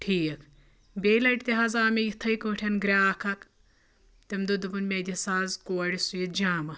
ٹھیٖک بیٚیہِ لَٹہِ تہِ حظ آو مےٚ یِتھَے کٲٹھۍ گرٛاکھ اَکھ تٔمۍ دوٚپ دوٚپُن مےٚ دِ سا آز کورِ سُوِتھ جامہٕ